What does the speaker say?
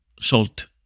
salt